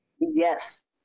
Yes